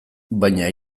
baina